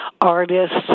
artists